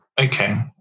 Okay